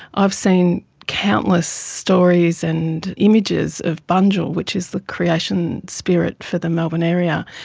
i've seen countless stories and images of bunjil, which is the creation spirit for the melbourne area.